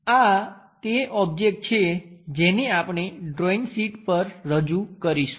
આ તે ઓબ્જેક્ટ છે જેને આપણે ડ્રોઇંગ શીટ પર રજૂ કરીશું